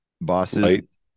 Bosses